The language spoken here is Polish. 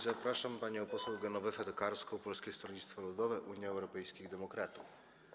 Zapraszam panią poseł Genowefę Tokarską, Polskie Stronnictwo Ludowe - Unia Europejskich Demokratów.